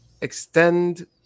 extend